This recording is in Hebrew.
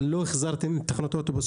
אבל לא החזרתם לשם את תחנות האוטובוס.